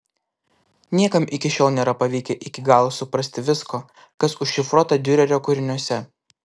niekam iki šiol nėra pavykę iki galo suprasti visko kas užšifruota diurerio kūriniuose